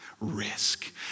risk